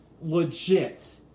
legit